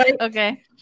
Okay